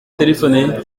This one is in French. téléphoner